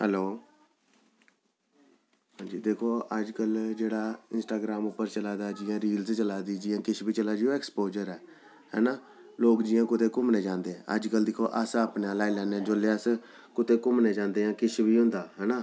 hello अंजी दिक्खो अज्जकल जेह्ड़ा इंस्टाग्राम उप्पर चला दा ऐ जि'यां रील्स चला दी जि'यां किश बी चला दा जियां एक्सपोज़र ऐ ऐना लोग जि'यां कुदै घूमनें ई जंदे अज्जकल दिक्खो अस अपने लाई लैन्ने जोल्लै अस कुतै घूमने ई जंदे आं किश बी होंदा ऐना